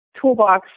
Toolbox